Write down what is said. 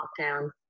lockdown